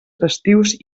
festius